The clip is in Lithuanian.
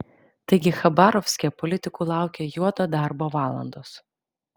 taigi chabarovske politikų laukia juodo darbo valandos